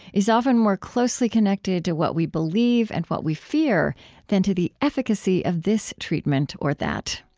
is often more closely connected to what we believe and what we fear than to the efficacy of this treatment or that.